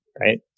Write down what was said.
right